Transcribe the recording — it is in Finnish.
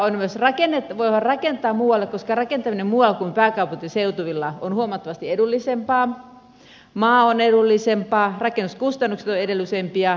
voidaan myös rakentaa muualle koska rakentaminen muualla kuin pääkaupunkiseutuvilla on huomattavasti edullisempaa maa on edullisempaa rakennuskustannukset ovat edullisempia